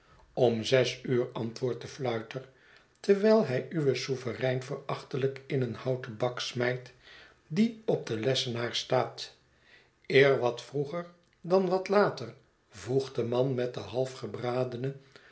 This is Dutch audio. om zes uur antwoordt de fluiter terwijl hij uw sovereign verachtelijk in een houten bak smijt die op den lessenaar staat eer wat vroeger dan wat later voegt de man met de half gebradene